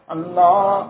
Allah